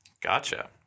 Gotcha